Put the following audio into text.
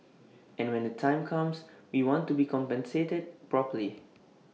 and when the time comes we want to be compensated properly